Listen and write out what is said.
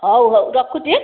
ହଉ ହଉ ରଖୁଛି